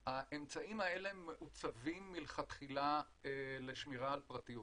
האמצעים האלה מעוצבים מלכתחילה לשמירה על פרטיות.